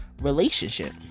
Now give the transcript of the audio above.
relationship